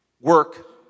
Work